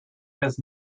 his